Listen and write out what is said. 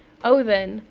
oh then,